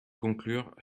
conclure